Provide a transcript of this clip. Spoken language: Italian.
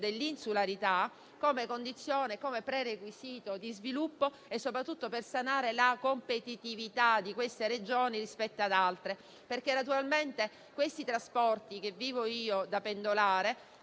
dell'insularità come condizione e prerequisito di sviluppo, soprattutto per sanare la competitività di queste Regioni rispetto ad altre. E questi sono i trasporti che vivo io, da pendolare;